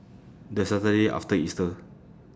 The Saturday after Easter